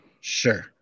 Sure